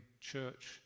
church